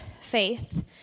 faith